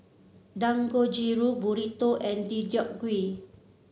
Dangojiru Burrito and Deodeok Gui